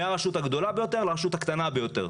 מהרשות הגדולה ביותר עד הרשות הקטנה ביותר,